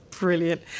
Brilliant